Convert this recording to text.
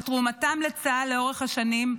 על תרומתם לצה"ל לאורך השנים,